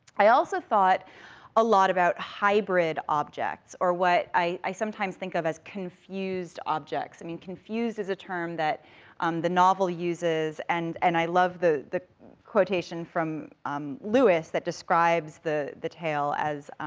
i also thought a lot about hybrid objects, or what i sometimes think of as confused objects, i mean, confused is a term that um the novel uses, and and i love the the quotation from um lewis that describes the the tale as,